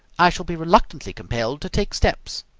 i shall be reluctantly compelled to take steps.